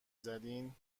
زدین